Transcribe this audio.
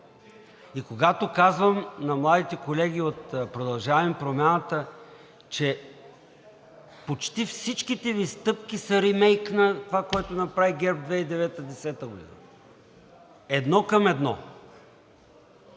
И когато казвам на младите колеги от „Продължаваме Промяната“, че почти всичките Ви стъпки са римейк на това, което направи ГЕРБ 2009 – 2010 г., едно към едно,